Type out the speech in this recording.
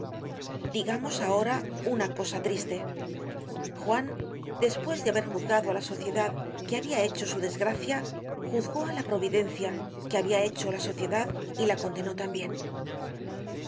digamos ahora una cosa triste juan despues de haber juzgado á la sociedad que habia hecho su desgracia juzgó á la providencia que habia hecho la sociedad y la condenó tambien